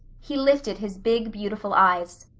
he lifted his big beautiful eyes.